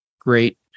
Great